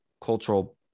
cultural